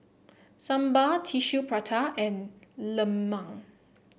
Sambal Tissue Prata and Lemang